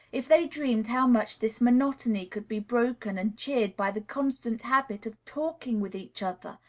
if they dreamed how much this monotony could be broken and cheered by the constant habit of talking with each other,